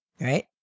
right